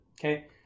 okay